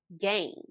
gain